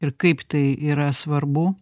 ir kaip tai yra svarbu